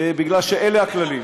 כי אלה הכללים.